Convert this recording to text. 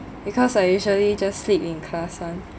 because I usually just sleep in class [one]